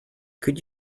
could